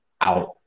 out